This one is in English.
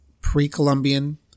pre-columbian